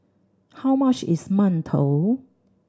how much is mantou